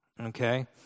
Okay